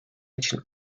için